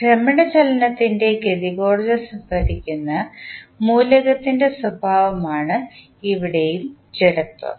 ഭ്രമണ ചലനത്തിൻറെ ഗതികോർജ്സംഭരിക്കുന്ന മൂലകത്തിൻറെ സ്വഭാവമാണ് ഇവിടെയും ജഡത്വം